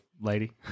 lady